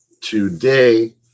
today